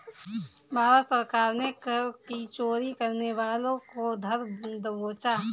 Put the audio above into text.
भारत सरकार ने कर की चोरी करने वालों को धर दबोचा